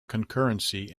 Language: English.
concurrency